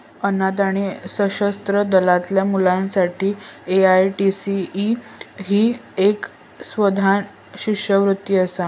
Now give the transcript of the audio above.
अनाथ आणि सशस्त्र दलातल्या मुलांसाठी ए.आय.सी.टी.ई ही एक स्वनाथ शिष्यवृत्ती असा